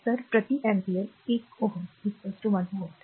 तर प्रति अँपिअर एक Ω 1 व्होल्ट